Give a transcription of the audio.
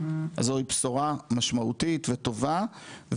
זוהי בשורה משמעותית וטובה.